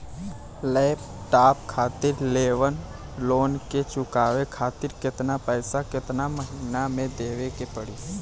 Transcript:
Laptop खातिर लेवल loan के चुकावे खातिर केतना पैसा केतना महिना मे देवे के पड़ी?